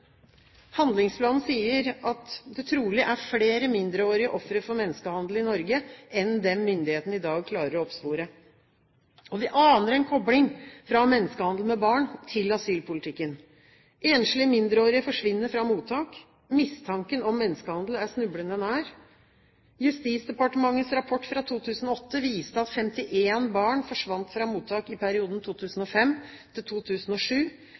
Handlingsplanen sier at det trolig er flere mindreårige ofre for menneskehandel i Norge enn det myndighetene i dag klarer å oppspore. Vi aner en kobling, fra menneskehandel med barn til asylpolitikken. Enslige mindreårige forsvinner fra mottak. Mistanken om menneskehandel er snublende nær. Justisdepartementets rapport fra 2008 viste at 51 barn forsvant fra mottak i perioden